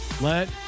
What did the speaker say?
Let